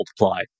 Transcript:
multiply